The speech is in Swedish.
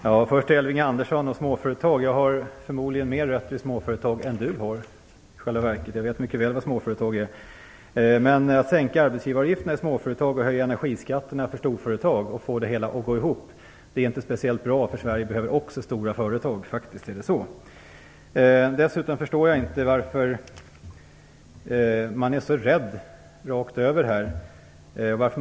Herr talman! Jag har förmodligen i själva verket mer rötter i småföretag än vad Elving Andersson har. Jag vet mycket väl vad småföretag är. Men att sänka arbetsgivaravgiften i småföretag och höja energiskatterna för storföretag för att få det hela att gå ihop är inte speciellt bra. Sverige behöver också stora företag. Det är faktiskt så. Jag förstår inte varför man rakt över är så rädd.